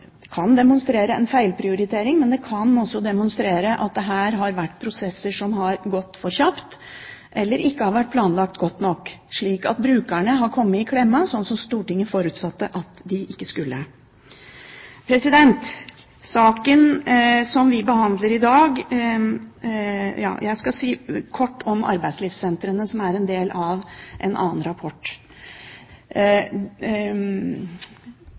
demonstrere at det her har vært prosesser som har gått for kjapt eller ikke har vært planlagt godt nok, slik at brukerne har kommet i klemma, som Stortinget forutsatte at de ikke skulle. Jeg vil kort si noe om arbeidslivssentrene, som er en del av en annen rapport.